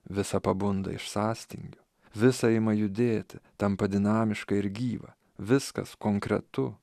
visa pabunda iš sąstingio visa ima judėti tampa dinamiška ir gyva viskas konkretu